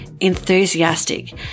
enthusiastic